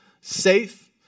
safe